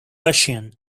russian